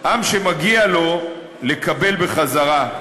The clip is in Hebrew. עם שמגיע לו לקבל בחזרה.